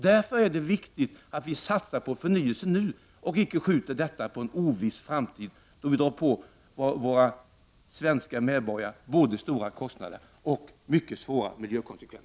Därför är det viktigt att satsa på förnyelse nu och att inte skjuta detta på en oviss framtid, då vi drar på svenska medborgare både stora kostnader och mycket svåra miljökonsekvenser.